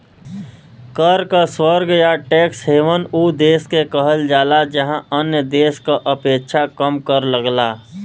कर क स्वर्ग या टैक्स हेवन उ देश के कहल जाला जहाँ अन्य देश क अपेक्षा कम कर लगला